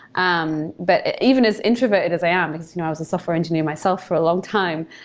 um but even as introverted as i am, because you know i was a software engineer myself for a long time.